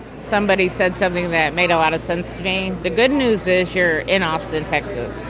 somebody said something that made a lot of sense to me the good news is you're in austin, texas.